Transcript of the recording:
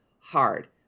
hard